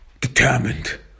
determined